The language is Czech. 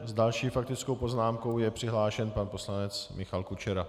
S další faktickou poznámkou je přihlášen pan poslanec Michal Kučera.